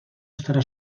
estarà